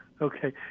Okay